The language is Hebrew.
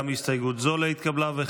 גם הסתייגות זו לא התקבלה.